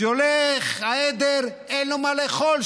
והולך העדר ואין לו מה לאכול,